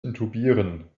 intubieren